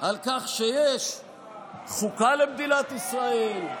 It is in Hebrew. על כך שיש חוקה למדינת ישראל,